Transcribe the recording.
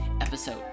episode